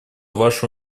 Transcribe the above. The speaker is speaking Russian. ваше